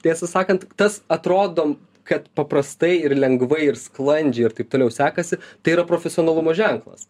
tiesą sakant tas atrodom kad paprastai ir lengvai ir sklandžiai ir taip toliau sekasi tai yra profesionalumo ženklas